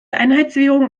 einheitswährung